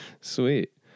Sweet